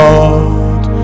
Lord